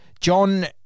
John